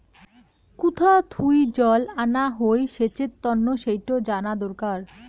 কুথা থুই জল আনা হই সেচের তন্ন সেইটো জানা দরকার